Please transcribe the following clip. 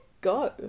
go